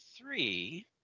three